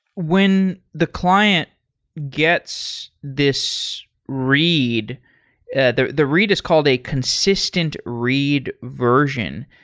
when the client gets this read and the the read is called a consistent read version.